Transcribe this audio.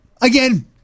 again